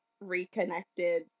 reconnected